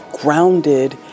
grounded